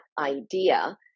idea